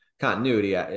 continuity